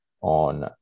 on